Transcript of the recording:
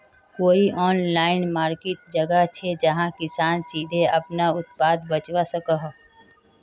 कोई online market जगह छे जहाँ किसान सीधे अपना उत्पाद बचवा सको हो?